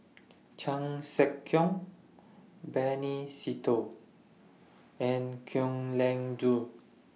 Chan Sek Keong Benny Se Teo and Kwek Leng Joo